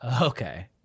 Okay